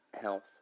health